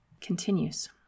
continues